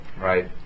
Right